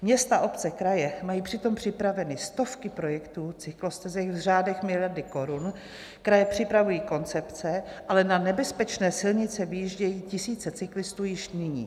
Města, obce a kraje mají přitom připraveny stovky projektů cyklostezek v řádech miliard korun, kraje připravují koncepce, ale na nebezpečné silnice vyjíždějí tisíce cyklistů již nyní.